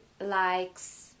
likes